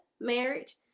marriage